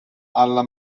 alla